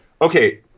Okay